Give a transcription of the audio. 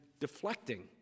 deflecting